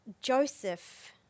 Joseph